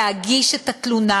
להגיש תלונה,